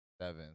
Seven